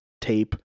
tape